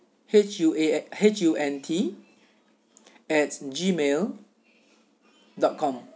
H U A N H U N T at gmail dot com